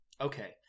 Okay